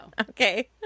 okay